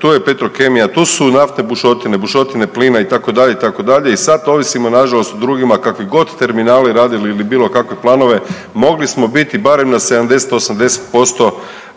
tu je Petrokemija, tu su naftne bušotine, bušotine plina itd., itd., i sad ovisimo nažalost o drugima. Kakvi god terminali radili ili bilo kakve planove mogli smo biti barem na 70,